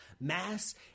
mass